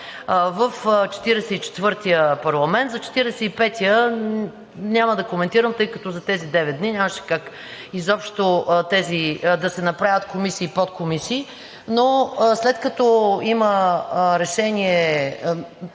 и петия – няма да коментирам, тъй като за тези девет дни нямаше как изобщо да се направят комисии и подкомисии, но след като има решение